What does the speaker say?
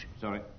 Sorry